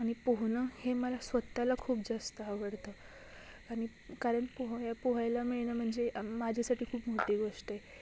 आणि पोहणं हे मला स्वत्ताला खूप जास्त आवडतं आणि कार णपोहाय पोहायला मिळणं म्हणजे माझ्यासाठी खूप मोठी गोष्ट आहे